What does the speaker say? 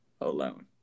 alone